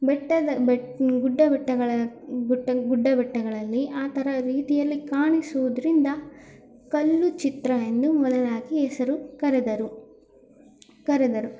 ಬೆಟ್ಟದ ಬೆಟ್ಟ ಗುಡ್ಡ ಬೆಟ್ಟಗಳ ಗುಟ್ಟಲ್ ಗುಡ್ಡ ಬೆಟ್ಟಗಳಲ್ಲಿ ಆ ಥರ ರೀತಿಯಲ್ಲಿ ಕಾಣಿಸುವುದ್ರಿಂದ ಕಲ್ಲುಚಿತ್ರವೆಂದು ಮೊದಲಾಗಿ ಹೆಸರು ಕರೆದರು ಕರೆದರು